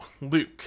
Luke